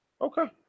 Okay